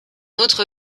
autre